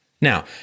Now